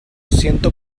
ciento